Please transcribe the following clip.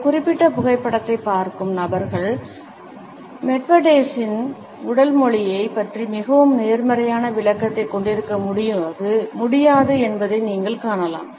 இந்த குறிப்பிட்ட புகைப்படத்தைப் பார்க்கும் நபர்கள் மெட்வெடேவ்ஸின் உடல்மொழியைப் பற்றி மிகவும் நேர்மறையான விளக்கத்தைக் கொண்டிருக்க முடியாது என்பதை நீங்கள் காணலாம்